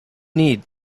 need